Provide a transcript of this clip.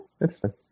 interesting